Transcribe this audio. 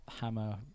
hammer